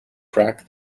crack